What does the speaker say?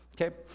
Okay